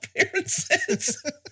appearances